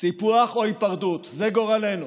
סיפוח או היפרדות, זה גורלנו,